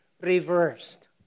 reversed